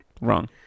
Wrong